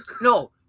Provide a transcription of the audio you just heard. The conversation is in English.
No